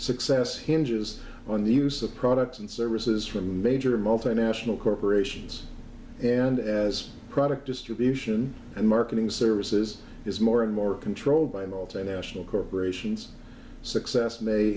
success hinges on the use of products and services from major multinational corporations and as product distribution and marketing services is more and more controlled by multinational corporations success may